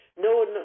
no